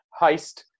Heist